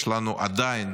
יש לנו עדיין